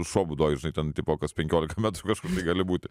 šuo būdoj žinai tipo ten kas penkiolika metrų kažkur tai gali būti